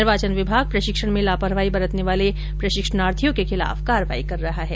निर्वाचन विभाग प्रशिक्षण में लापरवाही बरतने वाले प्रशिक्षणार्थियों के खिलाफ कार्रवाई कर रहा है